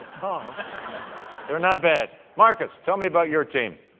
ah they're not bad. marcus, tell me about your team.